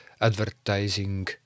advertising